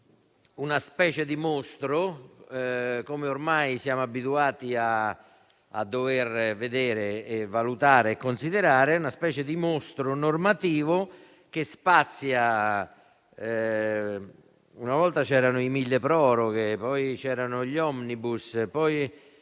una specie di mostro, come ormai siamo abituati a vedere, valutare e considerare: una specie di mostro normativo che spazia. Una volta c'erano i mille proroghe; poi gli *omnibus*, poi